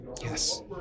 Yes